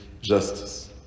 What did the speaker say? justice